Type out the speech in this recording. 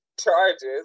charges